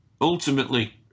Ultimately